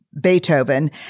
Beethoven